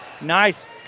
Nice